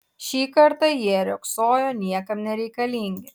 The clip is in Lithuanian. šį kartą jie riogsojo niekam nereikalingi